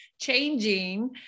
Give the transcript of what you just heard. changing